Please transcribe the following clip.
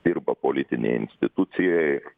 dirba politinėj institucijoj ir